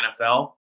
NFL